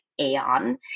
Aeon